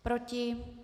Proti?